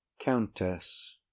Countess